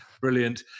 brilliant